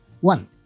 One